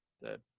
that